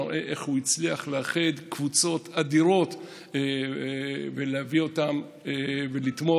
מראות איך הוא הצליח לאחד קבוצות אדירות ולהביא אותן ולתמוך.